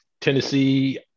Tennessee